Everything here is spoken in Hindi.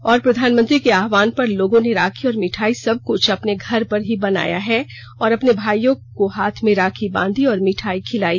और प्रधानमंत्री के आह्वान पर हम लोगों ने राखी और मिठाई सब कुछ अपने घर पर बनाया अपने भाइयों को हाथ में राखी बांधी है और मिठाई खिलाई